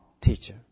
teacher